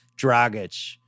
Dragic